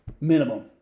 minimum